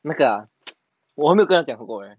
那个 ah 我还没有跟他讲过 eh